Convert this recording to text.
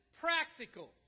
practical